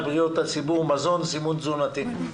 בריאות הציבור (מזון) (סימון תזונתי).